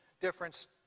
difference